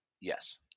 Yes